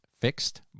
fixed